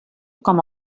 com